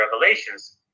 revelations